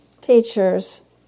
teachers